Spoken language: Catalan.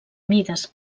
mides